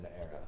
era